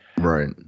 Right